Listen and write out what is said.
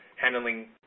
handling